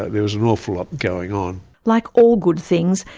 there was an awful lot going on. like all good things,